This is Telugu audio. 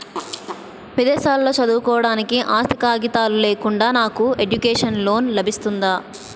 విదేశాలలో చదువుకోవడానికి ఆస్తి కాగితాలు లేకుండా నాకు ఎడ్యుకేషన్ లోన్ లబిస్తుందా?